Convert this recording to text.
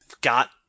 got